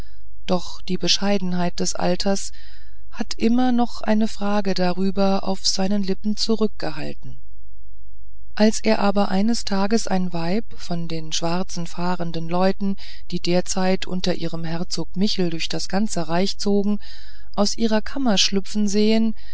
doch die bescheidenheit des alters hatte immer noch eine frage darüber auf seinen lippen zurückgehalten als er aber eines tages ein weib von den schwarzen fahrenden leuten die derzeit unter ihrem herzog michel durch das ganze reich zogen aus ihrer kammer schlüpfen sehen